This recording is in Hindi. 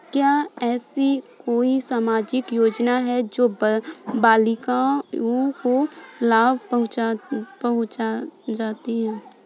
क्या ऐसी कोई सामाजिक योजनाएँ हैं जो बालिकाओं को लाभ पहुँचाती हैं?